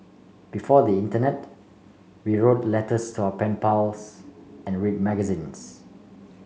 before the internet we wrote letters to our pen pals and read magazines